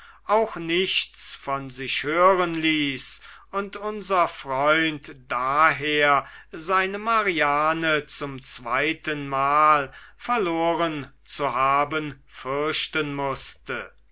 auch nichts von sich hören ließ und unser freund daher seine mariane zum zweitenmal verloren zu haben fürchten mußte